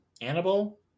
Annabelle